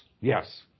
Yes